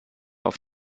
auf